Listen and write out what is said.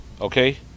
Okay